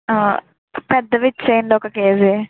పెద్దవి ఇచ్చేయండి ఒక కేజీ